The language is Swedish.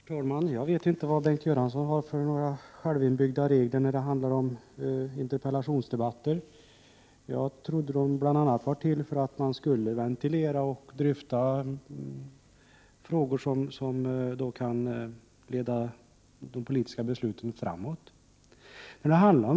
Herr talman! Jag vet inte vad Bengt Göransson har för självgjorda regler för interpellationsdebatter. Jag trodde att de bl.a. var till för att man skulle ventilera och dryfta frågor som kan föra de politiska besluten framåt.